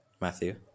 Matthew